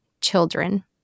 children